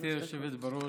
גברתי היושבת בראש,